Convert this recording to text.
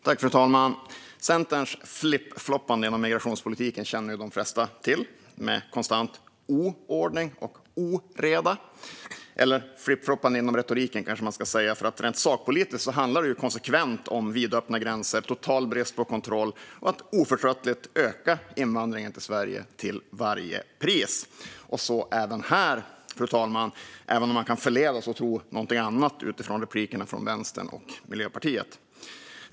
Fru talman! Centerns flippfloppande inom migrationspolitiken känner de flesta till, med konstant oordning och oreda. Eller flippfloppande inom retoriken, kanske man ska säga. Rent sakpolitiskt handlar det konsekvent om vidöppna gränser, en total brist på kontroll och att oförtröttligt öka invandringen till Sverige till varje pris. Så är det också här, fru talman, även om man kan förledas att tro någonting annat utifrån replikerna från Vänstern och Miljöpartiet.